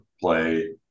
play